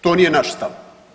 To nije naš stav.